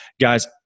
Guys